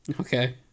Okay